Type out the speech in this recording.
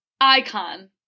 Icon